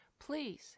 Please